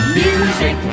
music